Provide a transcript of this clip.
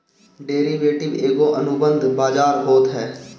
derivative एगो अनुबंध बाजार होत हअ